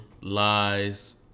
lies